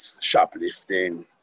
shoplifting